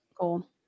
Cool